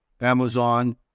Amazon